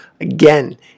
Again